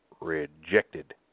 rejected